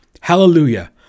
Hallelujah